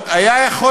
בהלול,